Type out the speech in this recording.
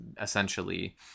essentially